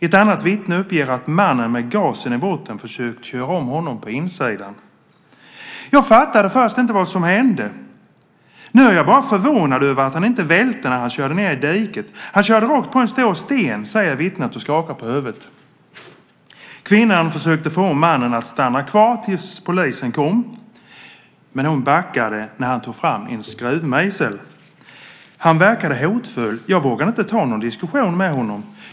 Ett annat vittne uppger att mannen med gasen i botten försökt köra om honom på insidan. - Jag fattade först inte vad som hände. Nu är jag bara förvånad över att han inte välte när han körde ned i diket. Han körde rakt på en stor sten, säger vittnet och skakar på huvudet. Kvinnan försökte förmå mannen att stanna kvar tills polisen kom. Men hon backade när han tog fram en skruvmejsel. - Han verkade hotfull. Jag vågade inte ta någon diskussion med honom.